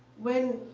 when